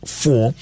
four